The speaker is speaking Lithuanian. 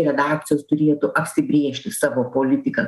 redakcijos turėtų apsibrėžti savo politiką